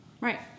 right